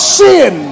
sin